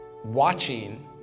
watching